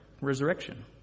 resurrection